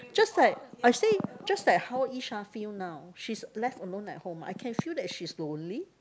just like I say just like how Yisha feel now she's left alone at home I can feel that she's lonely